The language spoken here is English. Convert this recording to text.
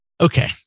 Okay